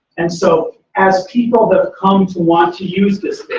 and so as people that come to want to use this